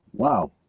Wow